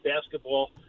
basketball